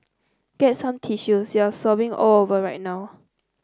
get some tissues you're sobbing all over right now